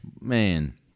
man –